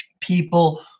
people